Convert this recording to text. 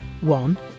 One